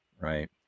right